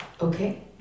Okay